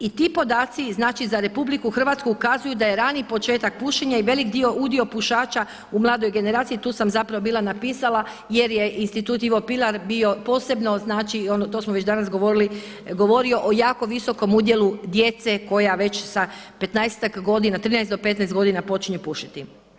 I ti podaci, znači za RH ukazuju da je rani početak pušenja i velik udio pušača u mladoj generaciji tu sam zapravo bila napisala jer je Institut Ivo Pilar bio, posebno znači to smo već danas govorili govorio o jako visokom udjelu djece koja već sa petnaestak godina, 13 do 15 godina počinju pušiti.